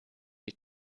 die